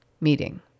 meeting